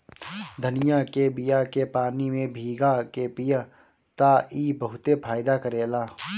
धनिया के बिया के पानी में भीगा के पिय त ई बहुते फायदा करेला